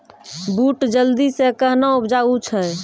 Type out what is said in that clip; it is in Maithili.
बूट जल्दी से कहना उपजाऊ छ?